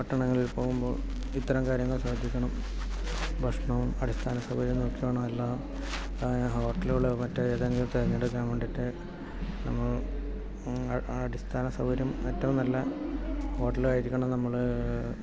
പട്ടണങ്ങളിൽ പോകുമ്പോൾ ഇത്തരം കാര്യങ്ങൾ ശ്രദ്ധിക്കണം ഭക്ഷണവും അടിസ്ഥാന സൗകര്യവും നോക്കി വേണം എല്ലാം ഹോട്ടലുകളോ മറ്റോ ഏതെങ്കിലും തിരഞ്ഞെടുക്കാൻ വേണ്ടിയിട്ട് നമ്മൾ അടിസ്ഥാന സൗകര്യം ഏറ്റവും നല്ല ഹോട്ടലായിരിക്കണം നമ്മൾ